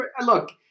Look